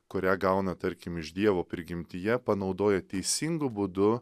kurią gauna tarkim iš dievo prigimtyje panaudoja teisingu būdu